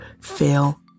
fail